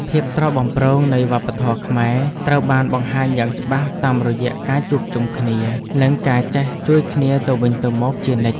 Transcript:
ភាពស្រស់បំព្រងនៃវប្បធម៌ខ្មែរត្រូវបានបង្ហាញយ៉ាងច្បាស់តាមរយៈការជួបជុំគ្នា និងការចេះជួយគ្នាទៅវិញទៅមកជានិច្ច។